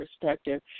perspective